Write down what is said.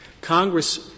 Congress